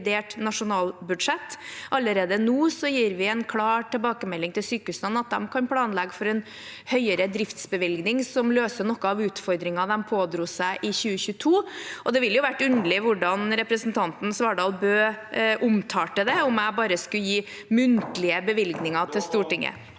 nasjonalbudsjett. Allerede nå gir vi en klar tilbakemelding til sykehusene om at de kan planlegge for en høyere driftsbevilgning, noe som løser noen av utfordringene de pådro seg i 2022. Det ville jo vært underlig – jeg lurer på hvordan representanten Svardal Bøe ville omtalt det – om jeg bare skulle gi muntlige bevilgninger til Stortinget.